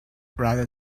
rather